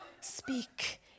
Speak